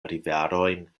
riverojn